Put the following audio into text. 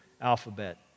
alphabet